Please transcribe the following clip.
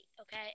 okay